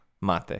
mate